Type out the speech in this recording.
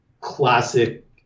classic